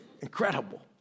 incredible